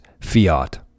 fiat